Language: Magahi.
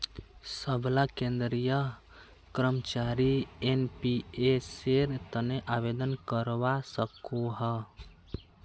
सबला केंद्रीय कर्मचारी एनपीएसेर तने आवेदन करवा सकोह